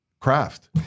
craft